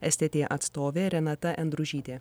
stt atstovė renata endružytė